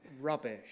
rubbish